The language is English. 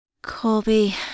Colby